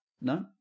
No